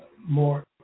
more